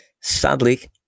Sadly